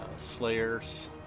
Slayers